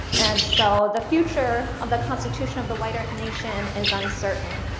and so the future of the constitution of the white earth nation is uncertain.